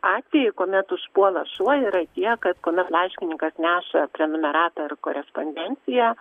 atvejai kuomet užpuola šuo yra tie kad kuomet laiškininkas neša prenumeratą ar korespondenciją